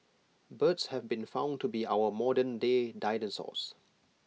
birds have been found to be our modern day dinosaurs